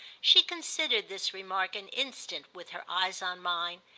she considered this remark an instant with her eyes on mine,